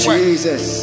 Jesus